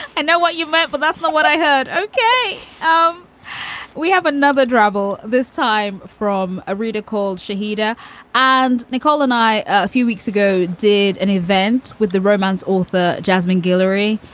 and know what you meant, but that's not what i heard. ok, um we have another trouble, this time from a reader called shahida and nicole and i a few weeks ago did an event with the romance author jasmine guillory,